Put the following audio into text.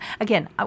Again